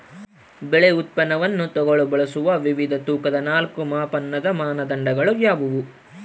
ಬೆಳೆ ಉತ್ಪನ್ನವನ್ನು ತೂಗಲು ಬಳಸುವ ವಿವಿಧ ತೂಕದ ನಾಲ್ಕು ಮಾಪನದ ಮಾನದಂಡಗಳು ಯಾವುವು?